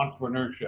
entrepreneurship